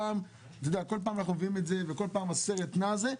כל פעם אנחנו מביאים את זה וכל פעם הסרט הנע הזה,